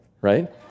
right